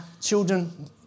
children